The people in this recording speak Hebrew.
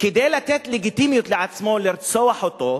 כדי לתת לגיטימיות לעצמו לרצוח אותו,